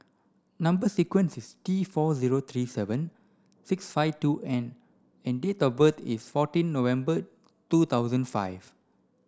number sequence is T four zero three seven six five two N and date of birth is fourteen November two thousand five